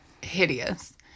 Hideous